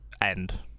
end